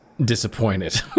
disappointed